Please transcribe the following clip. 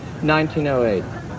1908